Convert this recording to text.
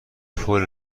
پول